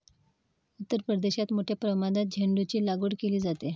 उत्तर प्रदेशात मोठ्या प्रमाणात झेंडूचीलागवड केली जाते